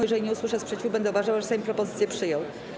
Jeżeli nie usłyszę sprzeciwu, będę uważała, że Sejm propozycję przyjął.